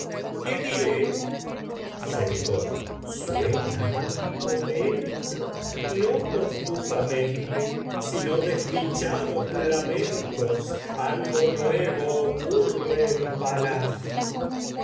qué diré algo dentro no confusamente sino sbmicoro suena desdichados sbmicoro ñuda lamentos algo nuevo ocurre en palacio